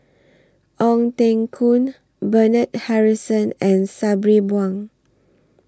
Ong Teng Koon Bernard Harrison and Sabri Buang